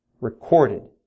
recorded